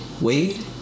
Wade